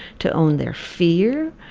to own their fear,